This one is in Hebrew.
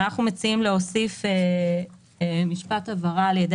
אנחנו מציעים להוסיף משפט הבהרה על ידי